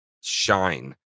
shine